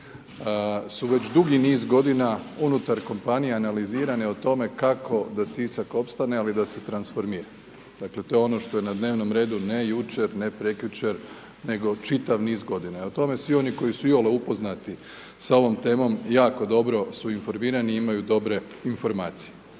su već dugi niz godina unutar kompanija analizirane o tome kako da Sisak opstane, ali da se transformira. Dakle, to je ono što je na dnevnom redu ne jučer, ne prekjučer, nego čitav niz godina i o tome svi oni koji su iole upoznati sa ovom temom, jako dobro su informirani, imaju dobre informacije.